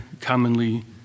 commonly